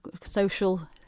social